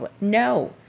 No